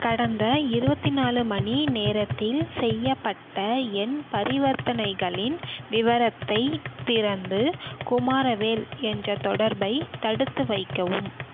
கடந்த இருபத்தி நாலு மணிநேரத்தில் செய்யப்பட்ட என் பரிவர்த்தனைகளின் விவரத்தை திறந்து குமாரவேல் என்ற தொடர்பை தடுத்துவைக்கவும்